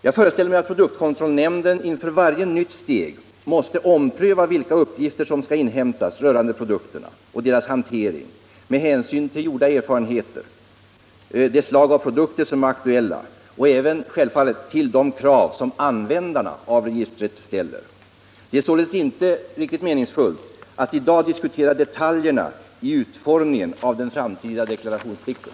Jag föreställer mig att produktkontrollnämnden inför varje nytt steg måste ompröva vilka uppgifter som skall inhämtas rörande produkter och deras hantering med hänsyn till gjorda erfarenheter, det slag av produkter som är aktuellt och självfallet även de krav som användarna av registret ställer. Det är således inte riktigt meningsfullt att i dag diskutera detaljerna i utformningen av den framtida deklarationsplikten.